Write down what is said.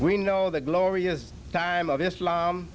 we know the glorious time of islam